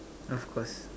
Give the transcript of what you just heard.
of course